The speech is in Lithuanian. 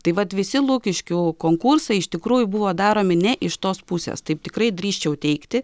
tai vat visi lukiškių konkursai iš tikrųjų buvo daromi ne iš tos pusės taip tikrai drįsčiau teigti